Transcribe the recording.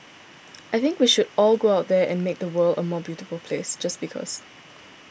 I think we should all go out there and make the world a more beautiful place just because